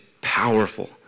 powerful